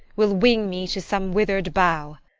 will wing me to some wither'd bough,